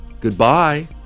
Goodbye